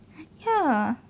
ya